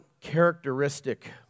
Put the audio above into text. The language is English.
characteristic